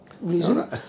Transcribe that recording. reason